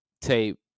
tape